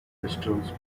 crystals